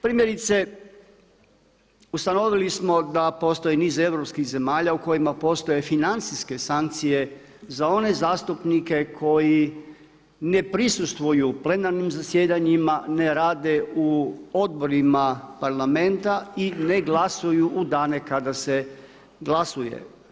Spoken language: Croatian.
Primjerice ustanovili smo da postoji niz europskih zemalja u kojima postoje financijske sankcije za one zastupnike koji ne prisustvuju plenarnim zasjedanjima, ne rade u odborima parlamenta i ne glasuju u dane kada se glasuje.